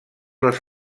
les